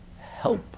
help